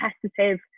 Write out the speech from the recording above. competitive